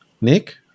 Nick